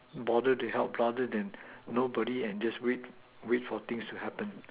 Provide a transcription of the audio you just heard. bother to help rather than nobody and just wait wait for things to happen